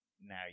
Now